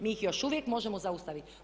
Mi ih još uvijek možemo zaustaviti.